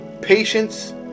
patience